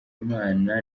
imana